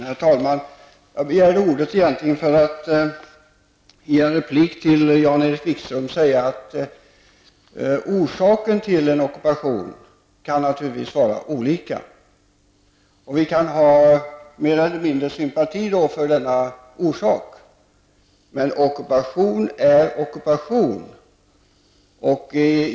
Herr talman! Jag begärde egentligen ordet för att i en replik till Jan-Erik Wikström säga att orsakerna till en ockupation naturligtvis kan vara olika, och vi kan ha mer eller mindre stark sympati för dessa orsaker. Men ockupation är ockupation.